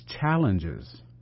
challenges